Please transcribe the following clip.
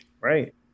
Right